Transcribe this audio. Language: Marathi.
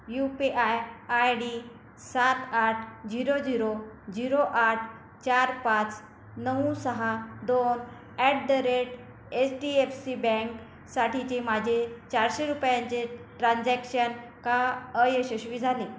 you P I I D सात आठ झिरो झिरो झिरो आठ चार पाच नऊ सहा दोन at the rate H D F C बँकेसाठीचे माझे चारशे रुपयांचे ट्रान्झॅक्शन का अयशस्वी झाले